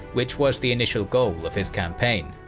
which was the initial goal of his campaign.